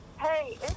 Hey